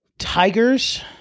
Tigers